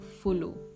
follow